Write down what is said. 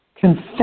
Confess